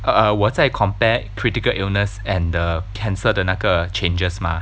err 我在 compare critical illness and the cancer 的那个 changes mah